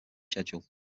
schedule